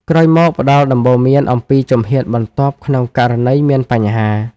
ក្រោយមក ផ្តល់ដំបូន្មានអំពីជំហានបន្ទាប់ក្នុងករណីមានបញ្ហា។